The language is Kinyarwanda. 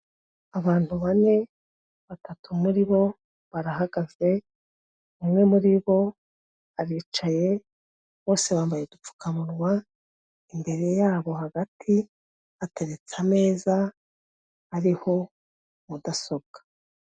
Abantu bane, batatu muri bo barahagaze, umwe muri bo aricaye bose bambaye udupfukamunwa, imbere yabo hagati hateretse ameza ariho mudasobwa.